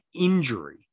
injury